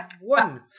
one